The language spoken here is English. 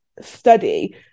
study